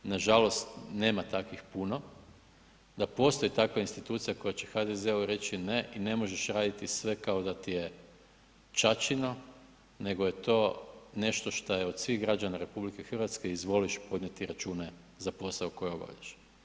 Nažalost, nema takvih puno da postoji takva institucija koja će HDZ-u reći ne i ne možeš raditi sve kao da ti je ćaćino nego je to nešto šta je od svih građana RH, izvoliš podnijeti račune za posao koji obavljaš.